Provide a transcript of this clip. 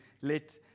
let